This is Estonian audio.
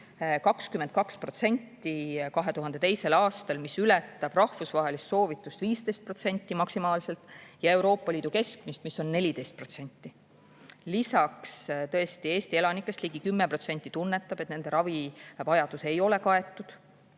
22% [2022]. aastal, mis ületab rahvusvahelist soovitust – 15% maksimaalselt – ja Euroopa Liidu keskmist, mis on 14%. Eesti elanikest ligi 10% tunnetab, et nende ravivajadus ei ole kaetud.